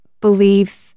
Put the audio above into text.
believe